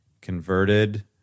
converted